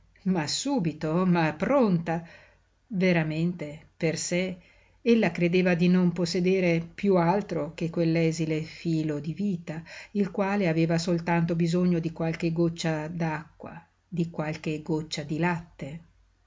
ma subito ma pronta veramente per sé ella credeva di non possedere piú altro che quell'esile filo di vita il quale aveva soltanto bisogno di qualche goccia d'acqua di qualche goccia di latte